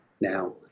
now